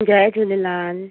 Jay Jhulelal